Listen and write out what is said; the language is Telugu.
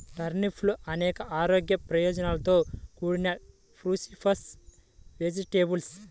టర్నిప్లు అనేక ఆరోగ్య ప్రయోజనాలతో కూడిన క్రూసిఫరస్ వెజిటేబుల్